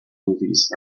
movies